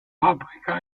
paprika